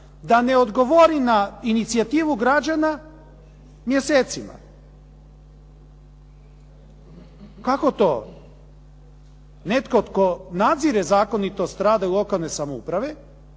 da ne odgovori na inicijativu građana mjesecima. Kako to netko tko nadzire zakonitost rada lokalne samouprave